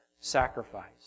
sacrifice